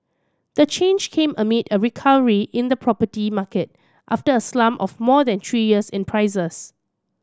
the change came amid a recovery in the property market after a slump of more than three years in prices